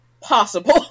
possible